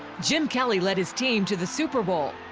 jim kelly led his team to the super bowl.